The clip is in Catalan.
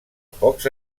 pocs